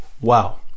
wow